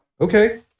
okay